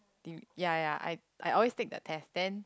do you ya ya I I always take the test then